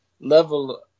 level